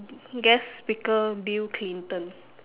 guest speaker bill clinton